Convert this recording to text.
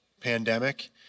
pandemic